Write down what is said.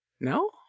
No